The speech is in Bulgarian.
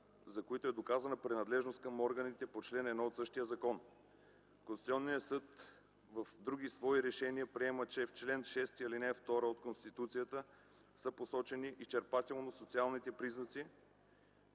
за които е доказана принадлежност към органите по чл. 1 от същия закон. Конституционният съд в други свои решения приема, че в чл. 6, ал. 2 от Конституцията са посочени изчерпателно социалните признаци